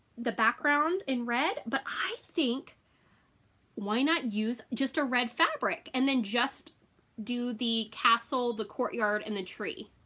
the background in red, but i think why not use just a red fabric, and then just do the castle the courtyard and the tree,